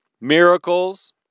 miracles